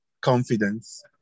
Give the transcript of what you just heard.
confidence